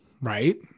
right